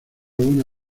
buena